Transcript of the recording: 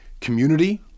community